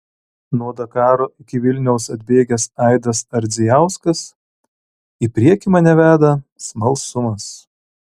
nuo dakaro iki vilniaus atbėgęs aidas ardzijauskas į priekį mane veda smalsumas